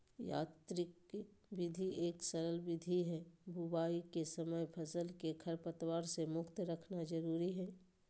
यांत्रिक विधि एक सरल विधि हई, बुवाई के समय फसल के खरपतवार से मुक्त रखना जरुरी हई